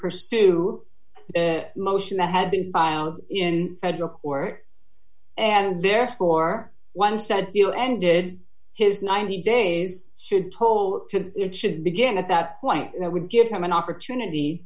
pursue a motion that had been found in federal court and therefore once said you ended his ninety days should told to it should begin at that point and that would give him an opportunity